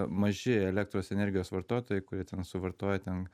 maži elektros energijos vartotojai kurie ten suvartoja ten